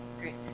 great